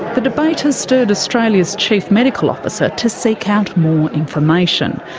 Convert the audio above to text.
the debate has stirred australia's chief medical officer to seek out more information.